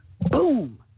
boom